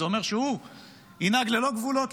זה אומר שהוא ינהג ללא גבולות,